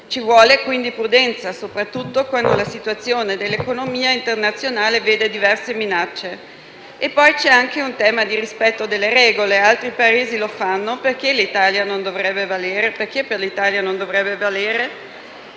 Ci vuole quindi prudenza, soprattutto quando la situazione dell'economia internazionale vede diverse minacce. E poi c'è anche un tema di rispetto delle regole: altri Paesi lo seguono, perché per l'Italia non dovrebbe valere?